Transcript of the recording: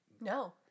no